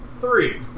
three